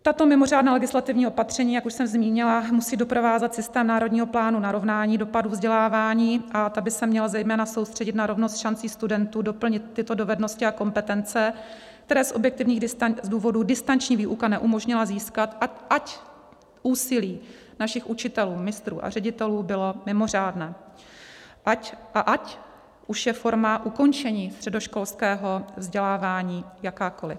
Tato mimořádná legislativní opatření, jak už jsem zmínila, musí doprovázet systém Národního plánu narovnání dopadů vzdělávání, a ta by se měla zejména soustředit na rovnost šancí studentů doplnit tyto dovednosti a kompetence, které z objektivních důvodů distanční výuka neumožnila získat, ať úsilí našich učitelů, mistrů a ředitelů bylo mimořádné a ať už je forma ukončení středoškolského vzdělávání jakákoli.